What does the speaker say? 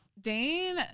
dane